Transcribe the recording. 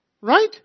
Right